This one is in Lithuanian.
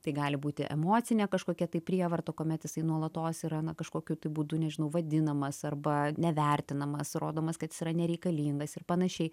tai gali būti emocinė kažkokia tai prievarta kuomet jisai nuolatos yra na kažkokiu būdu nežinau vadinamas arba nevertinamas rodomas kad jis yra nereikalingas ir panašiai